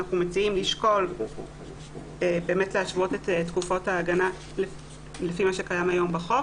אנחנו מציעים לשקול להשוות את תקופות ההגנה לפי מה שקיים היום בחוק